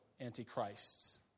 antichrists